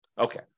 Okay